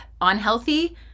unhealthy